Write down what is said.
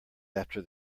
after